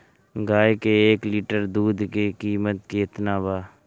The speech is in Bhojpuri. गाय के एक लीटर दूध के कीमत केतना बा?